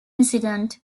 incident